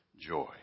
joy